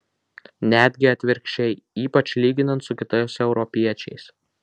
netgi atvirkščiai ypač lyginant su kitais europiečiais